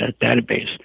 database